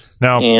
Now